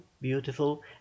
beautiful